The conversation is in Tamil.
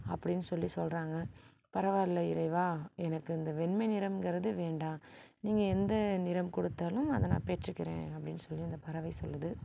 அப்படின்னு சொல்லி சொல்கிறாங்க பரவாயில்ல இறைவா எனக்கு இந்த வெண்மை நிறம்கிறது வேண்டாம் நீங்கள் எந்த நிறம் கொடுத்தாலும் அதை நான் பெற்றுக்கிறேன் அப்டின்னு சொல்லி அந்த பறவை சொல்லுது